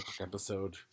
episode